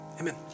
Amen